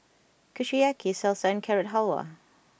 Kushiyaki Salsa and Carrot Halwa